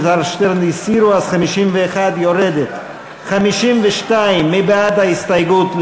48. מי בעד ההסתייגות?